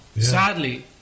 Sadly